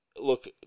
Look